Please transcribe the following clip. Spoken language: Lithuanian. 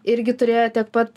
irgi turėjo tiek pat